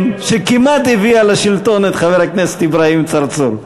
שכמעט הביאה לשלטון את חבר הכנסת אברהים צרצור.